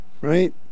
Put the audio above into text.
Right